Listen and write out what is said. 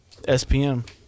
SPM